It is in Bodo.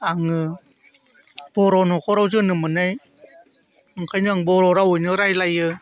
आङो बर' न'खराव जोनोम मोननाय ओंखायनो आं बर' रावैनो रायज्लायो